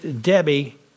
Debbie